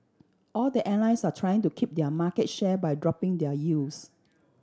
all the airlines are trying to keep their market share by dropping their yields